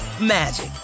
magic